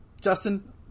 Justin